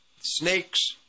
snakes